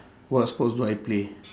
what sports do I play